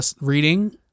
reading